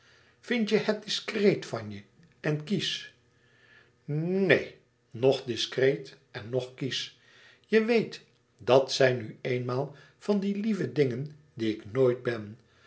vindt je het discreet van je en kiesch neen noch discreet en noch kiesch je weet dat zijn nu eenmaal van die lieve dingen die ik nooit ben